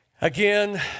Again